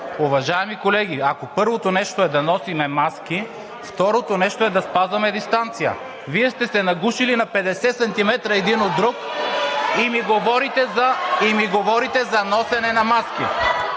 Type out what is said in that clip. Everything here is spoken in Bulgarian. Уважаеми колеги, ако първото нещо е да носим маски, второто нещо е да спазваме дистанция. Вие сте се нагушили на 50 см един от друг и ми говорите за носене на маски.